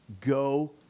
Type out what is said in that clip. go